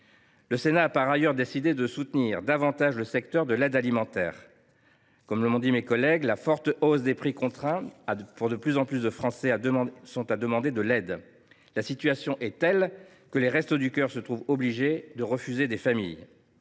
Le Sénat a, par ailleurs, décidé de soutenir davantage le secteur de l’aide alimentaire. Comme l’ont dit mes collègues, la forte hausse des prix contraint de plus en plus de Français à demander de l’aide. La situation est telle que les Restos du Cœur se trouvent obligés de refuser des familles.